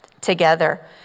together